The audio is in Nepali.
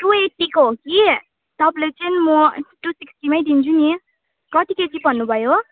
टु एटीको हो कि तपाईँलाई चाहिँ म टु सिक्स्टीमै दिन्छु नि कति केजी भन्नुभयो